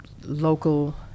local